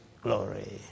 glory